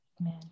Amen